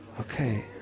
Okay